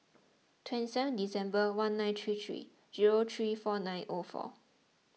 twenty seven December one nine three three zero three four nine O four